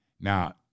Now